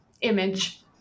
image